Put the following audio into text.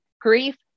grief